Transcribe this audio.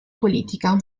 politica